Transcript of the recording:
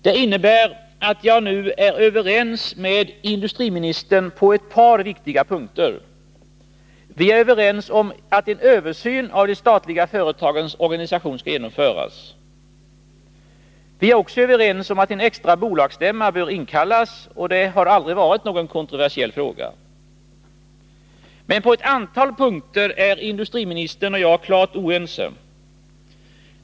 Det innebär att jag nu är överens med industriministern på ett par viktiga punkter: vi är överens om att en översyn av de statliga företagens organisation skall genomföras, och vi är också överens om att en extra bolagsstämma bör inkallas — det har aldrig varit någon kontroversiell fråga. Men på ett antal punkter är industriministern och jag klart oense.